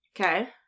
Okay